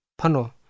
pano